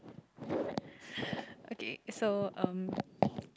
okay so um